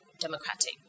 democratic